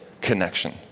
connection